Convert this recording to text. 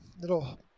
Little